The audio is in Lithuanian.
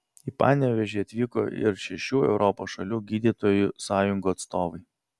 į panevėžį atvyko ir šešių europos šalių gydytojų sąjungų atstovai